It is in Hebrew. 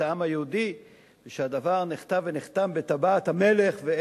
העם היהודי ושהדבר נכתב ונחתם בטבעת המלך,